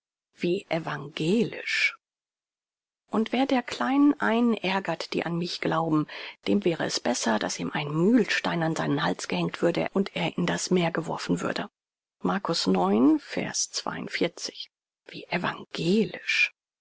wie evangelisch und wer der kleinen einen ärgert die an mich glauben dem wäre es besser daß ihm ein mühlstein an seinen hals gehängt würde und er in das meer geworfen würde wie evangelisch